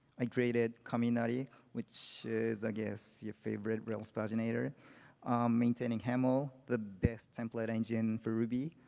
i created kaminari which is i guess your favorite rails paginator. i'm maintaining haml, the best template engine for ruby,